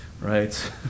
right